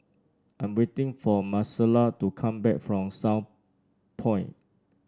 I'm waiting for Maricela to come back from Southpoint